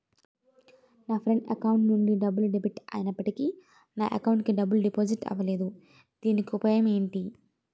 నా friend account నుండి డబ్బు డెబిట్ అయినప్పటికీ నా అకౌంట్ కి డబ్బు డిపాజిట్ అవ్వలేదుదీనికి ఉపాయం ఎంటి?